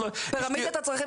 גבירתי יושבת הראש,